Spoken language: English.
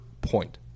point